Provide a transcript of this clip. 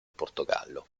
portogallo